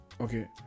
okay